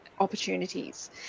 opportunities